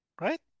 right